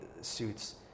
suits